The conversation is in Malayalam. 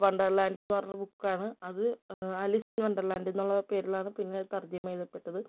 വണ്ടർലാന്ഡ് എന്നു പറഞ്ഞ ബുക്കാണ് അത് ആലീസ് ഇൻ വണ്ടർലാൻഡെന്നുള്ള പേരിലാണ് പിന്നെ അത് തർജമ ചെയ്യപ്പെട്ടത്